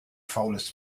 faules